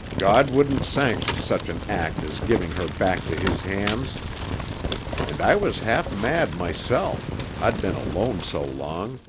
god wouldn't sanction such an act as giving her back to his hands and i was half-mad myself, i'd been alone so long.